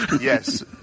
Yes